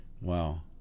wow